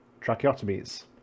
Tracheotomies